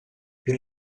più